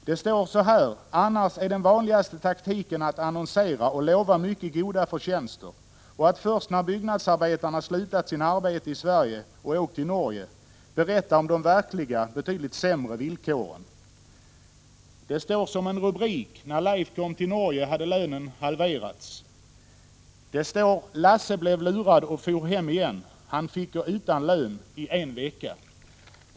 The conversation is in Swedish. Det står så här: ” Annars är den vanligaste taktiken att annonsera och lova mycket goda förtjänster, och att först när byggnadsarbetarna slutat sina arbeten i Sverige och åkt till Norge, berätta om de verkliga — betydligt sämre — villkoren.” En rubrik lyder: ”När Leif kom till Norge hade lönen halverats.” En annan rubrik lyder: ”Lasse blev lurad och for hem igen.” Han fick gå utan lön en vecka.